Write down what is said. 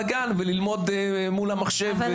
ללמוד מול המחשב.